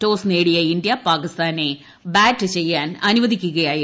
toss നേടിയ India പാകിസ്ഥാനെ bat ചെയ്യാൻ അനുവദിക്കുകയായിരുന്നു